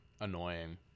annoying